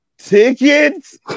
tickets